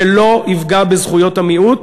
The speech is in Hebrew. שלא יפגע בזכויות במיעוט.